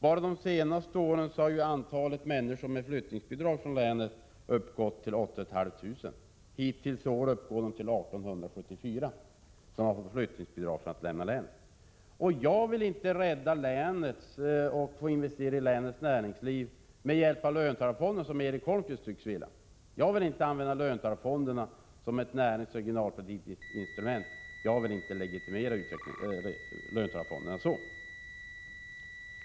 Bara de senaste åren har antalet människor från länet som fått flyttningsbidrag uppgått till 8 500. Hittills i år har 1 874 personer fått flyttningsbidrag för att lämna länet. Jag vill inte investera i länets näringsliv med hjälp av löntagarfonderna, som Erik Holmkvist tycks vilja göra. Jag vill inte använda löntagarfonderna som ett näringsoch regionalpolitiskt instrument. Jag vill inte legitimera löntagarfonderna så.